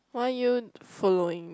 why are you following